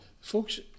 folks